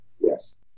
Yes